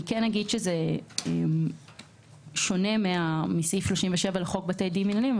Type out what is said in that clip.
זה שונה מסעיף 37 לחוק בתי דין מינהליים,